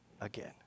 again